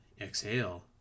Exhale